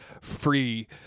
free